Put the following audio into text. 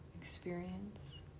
experience